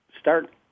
start